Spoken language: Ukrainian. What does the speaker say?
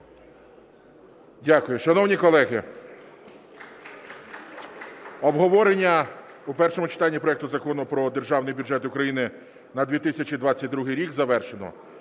Дякую. Шановні колеги, обговорення по першому читанню проекту Закону про Державний бюджет України на 2022 рік завершено.